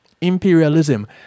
imperialism